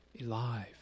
alive